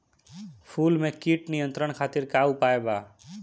फूल में कीट नियंत्रण खातिर का उपाय बा?